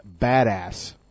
badass